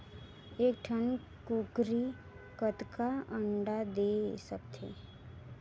एक ठन कूकरी कतका अंडा दे सकथे?